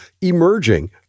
emerging